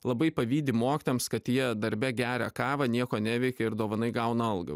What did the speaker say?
labai pavydi mokytojams kad jie darbe geria kavą nieko neveikia ir dovanai gauna algą